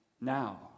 now